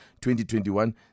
2021